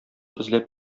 эзләп